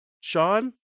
Sean